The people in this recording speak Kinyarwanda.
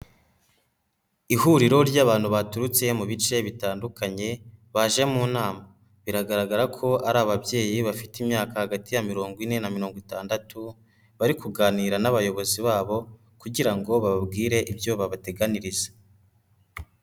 Ihuriro ry'abantu baturutse mu bice bitandukanye baje mu nama. Biragaragara ko ari ababyeyi bafite imyaka hagati ya mirongo ine na mirongo itandatu bari kuganira n'abayobozi babo kugira ngo bababwire ibyo babateganiririza.